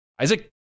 Isaac